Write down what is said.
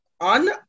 on